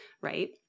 right